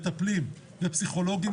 מטפלים ופסיכולוגים.